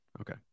Okay